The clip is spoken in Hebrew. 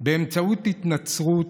באמצעות התנצרות,